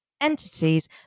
entities